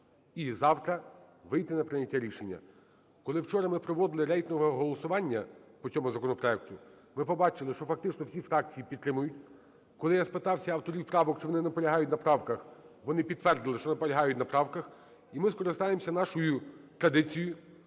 і завтра вийти на прийняття рішення. Коли вчора ми проводили рейтингове голосування по цьому законопроекту, ми побачили, що фактично всі фракції підтримують. Коли я спитався авторів правок, чи вони наполягають на правках, вони підтвердили, що наполягають на правках. І ми скористаємося нашою традицією,